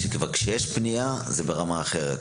כך שאם יש כבר פנייה אז זה ברמה אחרת.